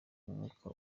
umwuka